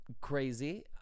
crazy